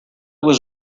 was